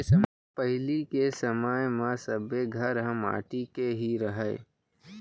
पहिली के समय म सब्बे के घर ह माटी के ही रहय